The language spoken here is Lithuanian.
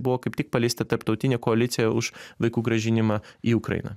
buvo kaip tik paleista tarptautinė koalicija už vaikų grąžinimą į ukrainą